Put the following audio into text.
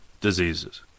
diseases